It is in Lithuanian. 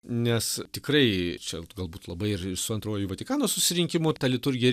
nes tikrai čia galbūt labai ir ir su antruoju vatikano susirinkimu ta liturgija